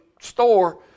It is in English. store